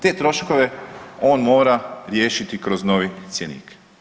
Te troškove on mora riješiti kroz novi cjenik.